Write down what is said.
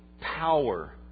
power